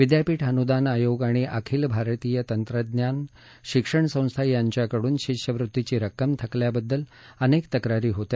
विदयापीठ अनुदान आयोग आणि आखिल भारतीय तंत्रज्ञान शिक्षण संस्था यांच्याकडून शिष्यवृत्तीची रक्कम थकल्याबद्दल अनेक तक्रारी होत्या